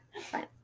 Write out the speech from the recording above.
Fine